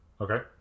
Okay